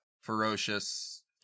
ferocious